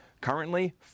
currently